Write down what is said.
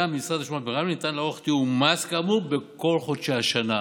גם במשרד השומה ברמלה ניתן לערוך תיאום מס כאמור בכל חודשי השנה.